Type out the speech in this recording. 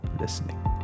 listening